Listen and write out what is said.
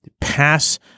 pass